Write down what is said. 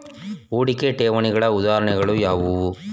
ಹೂಡಿಕೆ ಠೇವಣಿಗಳ ಉದಾಹರಣೆಗಳು ಯಾವುವು?